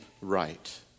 right